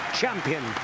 champion